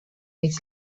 mig